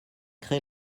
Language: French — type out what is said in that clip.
crée